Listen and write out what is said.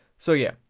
so yeah,